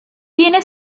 tiene